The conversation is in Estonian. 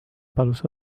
palus